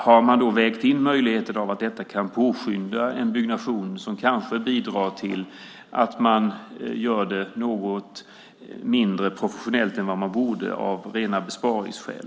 Har ni då vägt in möjligheten att detta kan påskynda en byggnation som kanske bidrar till att man gör det något mindre professionellt än vad man borde av rena besparingsskäl?